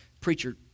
preacher